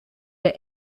der